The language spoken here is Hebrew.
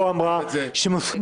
חברי הכנסת שחלקם